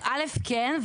ראשית, כן.